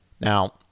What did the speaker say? Now